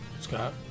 Scott